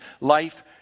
life